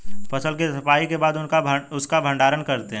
फसल की सफाई के बाद उसका भण्डारण करते हैं